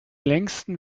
längsten